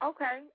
Okay